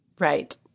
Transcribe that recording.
Right